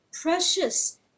Precious